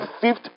fifth